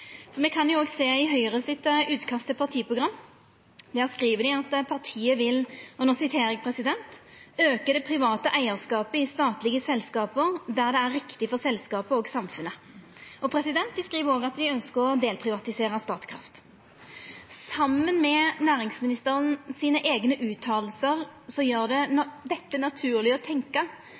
Me kan òg sjå i Høgre sitt utkast til partiprogram, der dei skriv at partiet vil «øke det private eierskapet i statlige selskap der det er riktig for selskapet og samfunnet …» Dei skriv òg at dei ønskjer å «delprivatisere Statkraft». Saman med næringsministeren sine eigne utsegner gjer dette det naturleg å